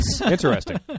Interesting